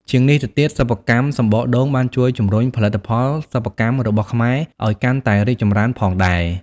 ជាងនេះទៅទៀត សិប្បកម្មសំបកដូងបានជួយជំរុញផលិតផលសិប្បកម្មរបស់ខ្មែរឲ្យកាន់តែរីកចម្រើនផងដែរ។